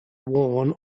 worn